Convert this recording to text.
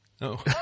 no